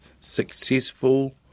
successful